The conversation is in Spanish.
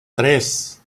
tres